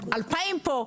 2,000 פה,